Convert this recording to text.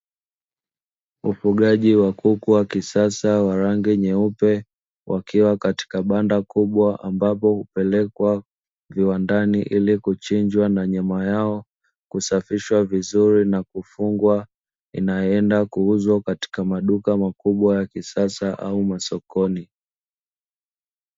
Ufugaji wa kuku wa kisasa wa rangi nyeupe wakiwa katika banda kubwa, ambapo hupelekwa viwandani ili kuchinjwa na nyama yao kusafishwa vizuri na kufungwa; inayoenda kuuzwa katika maduka makubwa ya kisasa au sokoni.